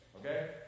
Okay